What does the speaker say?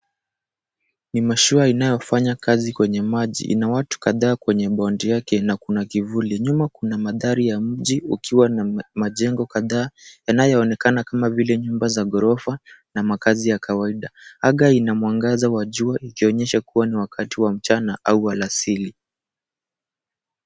Ni mashua inayofanya kazi kwenye maji, ina na watu kadhaa kwenye boti yake na kuna kivuli. Nyuma kuna mandhari ya mji ukiwa na majengo kadhaa yanayoonekana kama vile nyumba za ghorofa, na makazi ya kawaida. Anga ina mwangaza wajua ikionyesha kuwa ni wakati wa mchana au alasiri.